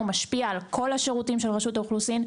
הוא משפיע על כל השירותים של רשות האוכלוסין,